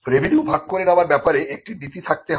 revenue ভাগ করে নেবার ব্যাপারে একটি নীতি থাকতে হবে